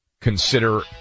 consider